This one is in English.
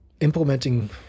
implementing